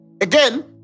Again